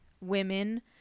women